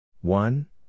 one